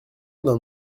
d’un